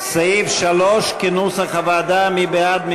סעיף 3, כנוסח הוועדה, מי בעד?